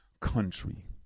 country